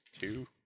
Two